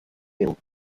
hill